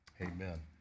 amen